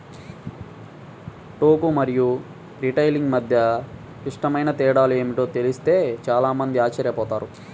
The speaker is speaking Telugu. టోకు మరియు రిటైలింగ్ మధ్య క్లిష్టమైన తేడాలు ఏమిటో తెలిస్తే చాలా మంది ఆశ్చర్యపోతారు